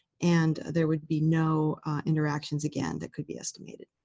and there would be no interactions, again, that could be estimated.